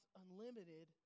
unlimited